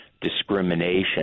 discrimination